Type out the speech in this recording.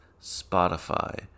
Spotify